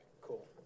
Cool